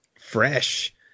fresh